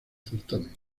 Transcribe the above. certamen